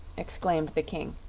exclaimed the king.